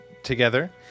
together